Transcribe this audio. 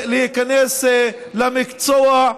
להיכנס למקצוע.